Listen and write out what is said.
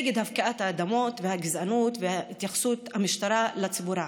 נגד הפקעת האדמות והגזענות והתייחסות המשטרה לציבור הערבי.